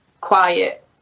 quiet